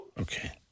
Okay